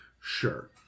sure